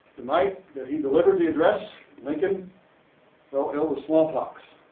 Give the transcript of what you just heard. the night that he delivered the address, lincoln fell ill with smallpox.